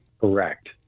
Correct